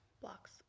blocks